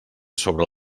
sobre